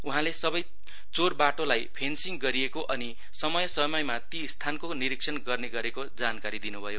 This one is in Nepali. उहाँले सबै चोर बाटोलाई फेन्सिङ गिरएको अनि समय समयमा ती स्थानको निरीक्षण गर्ने गरेको जानकारी दिनुभयो